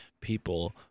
people